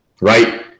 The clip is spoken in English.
Right